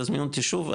תזמין אותי שוב,